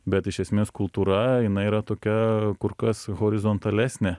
bet iš esmės kultūra jinai yra tokia kur kas horizontalesnė